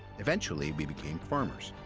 eventually, we became farmers,